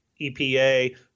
EPA